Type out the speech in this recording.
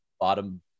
bottom